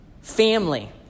family